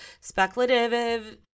speculative